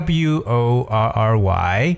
worry